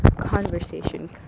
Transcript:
conversation